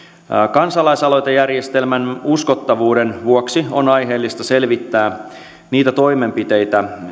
kansalaisaloitejärjestelmän uskottavuuden vuoksi on aiheellista selvittää niitä toimenpiteitä